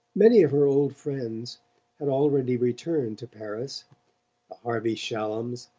many of her old friends had already returned to paris the harvey shallums,